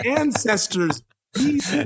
ancestors